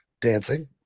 dancing